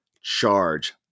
charge